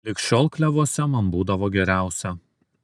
lig šiol klevuose man būdavo geriausia